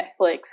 Netflix